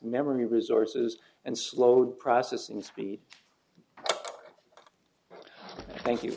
memory resources and slowed processing speed thank you